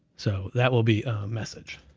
so that will be a message,